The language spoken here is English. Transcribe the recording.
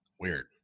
Weird